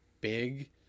big